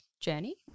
journey